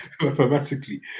Mathematically